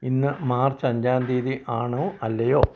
ഇന്ന് മാർച്ച് അഞ്ചാം തീയതി ആണോ അല്ലയോ